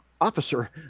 officer